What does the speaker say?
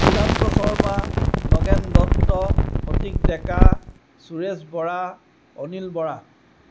Siddhanta Sharma Nagen Dutta Phatik Deka Suresh Bora Anil Bora